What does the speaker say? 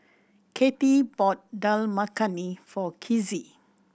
Kathey bought Dal Makhani for Kizzy